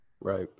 Right